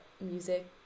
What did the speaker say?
music